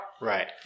Right